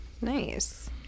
Nice